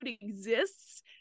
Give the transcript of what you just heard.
exists